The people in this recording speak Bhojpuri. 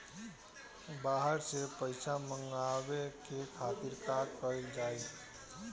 बाहर से पइसा मंगावे के खातिर का कइल जाइ?